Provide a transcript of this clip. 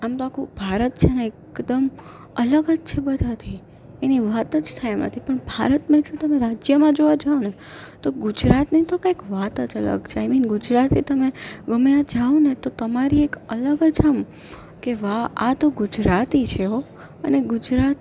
આમ તો આખું ભારત છેને એકદમ અલગ જ છે બધાથી એની વાત જ થાય એમ નથી પણ ભારત ની તો તમે રાજ્યમાં જોવા જાઓને તો ગુજરાતની તો કાંઈક વાત જ અલગ છે આઈ મીન ગુજરાતી તમે ગમે એઆ જાઓને તો તમારી એક અલગ જ આમ કે વા આતો ગુજરાતી છે હો અને ગુજરાત